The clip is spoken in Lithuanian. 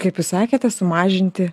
kaip jūs sakėte sumažinti